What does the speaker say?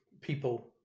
people